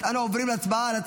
16 בעד, אין מתנגדים.